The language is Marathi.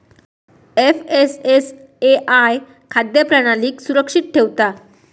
एफ.एस.एस.ए.आय खाद्य प्रणालीक सुरक्षित ठेवता